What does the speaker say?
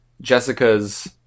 Jessica's